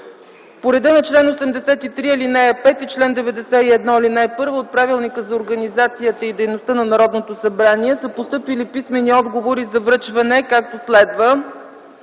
По реда на чл. 83, ал. 5 и чл. 91, ал. 1 от Правилника за организацията и дейността на Народното събрание, са постъпили писмени отговори за връчване, както следва: